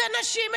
את הנשים,